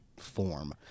form